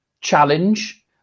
challenge